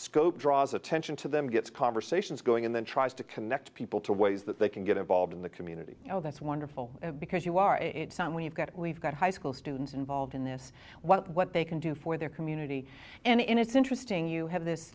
scope draws attention to them gets conversations going and then tries to connect people to ways that they can get involved in the community you know that's wonderful because you are some we've got we've got high school students involved in this what what they can do for their community and it's interesting you have this